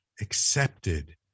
accepted